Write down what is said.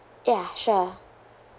ya sure